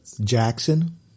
Jackson